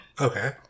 Okay